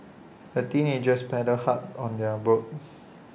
the teenagers paddled hard on their boat